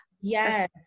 Yes